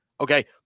okay